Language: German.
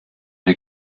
der